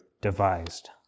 devised